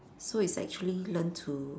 so it's actually learn to